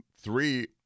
Three